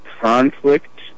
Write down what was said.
conflict